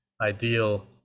ideal